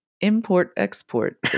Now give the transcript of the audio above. import-export